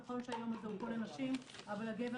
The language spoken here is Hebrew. נכון שהיום הזה הוא פה לנשים אבל אנחנו